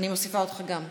אני מוסיפה אותך גם בעד.